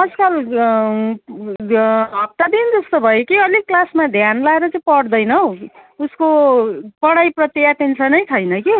अस्तिसम्म यो हप्ता दिन जस्तो भयो कि अलिक क्लासमा ध्यान लाएर चाहिँ पढ्दैन हौ उसको पढाइप्रति एटेन्सन नै छैन कि